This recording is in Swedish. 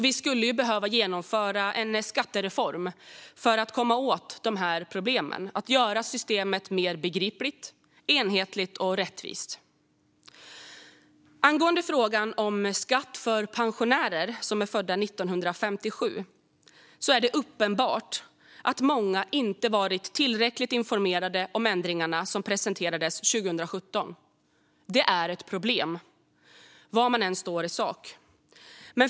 Vi skulle därför behöva genomföra en skattereform för att komma åt detta och göra systemet mer begripligt, enhetligt och rättvist. Angående frågan om skatt för pensionärer som är födda 1957 är det uppenbart att många inte varit tillräckligt informerade om ändringarna som presenterades 2017. Det är ett problem oavsett var man står i sak.